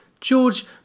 George